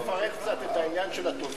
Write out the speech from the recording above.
אתה יכול לפרט קצת את העניין של הטובים?